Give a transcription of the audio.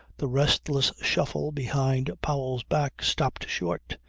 the restless shuffle behind powell's back stopped short,